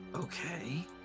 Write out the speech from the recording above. Okay